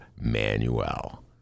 Manuel